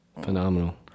Phenomenal